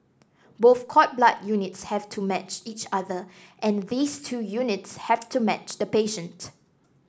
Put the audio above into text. both cord blood units have to match each other and these two units have to match the patient